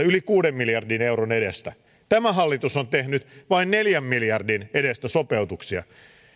yli kuuden miljardin euron edestä tämä hallitus on tehnyt vain neljän miljardin edestä sopeutuksia